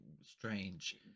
strange